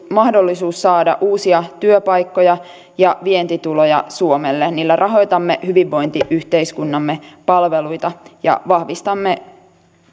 mahdollisuus saada uusia työpaikkoja ja vientituloja suomelle niillä rahoitamme hyvinvointiyhteiskuntamme palveluita ja vahvistamme